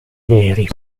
neri